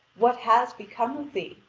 what has become of thee?